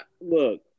Look